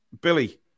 Billy